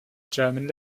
german